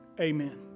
Amen